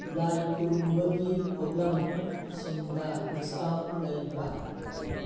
ꯂꯥꯏ ꯈꯨꯔꯨꯝꯕꯒꯤ ꯄꯣꯠꯂꯝꯁꯤꯡꯗ ꯗꯤꯁꯀꯥꯎꯟ ꯂꯩꯕ꯭ꯔꯥ